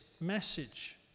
message